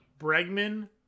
Bregman